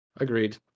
agreed